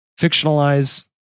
fictionalize